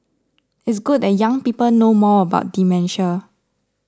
it's good that young people know more about dementia